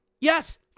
Yes